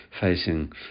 facing